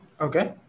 Okay